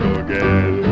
again